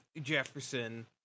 Jefferson